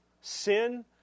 sin